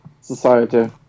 society